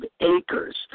acres